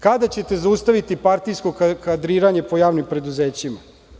Kada ćete zaustaviti partijsko kadriranje po javnim preduzećima?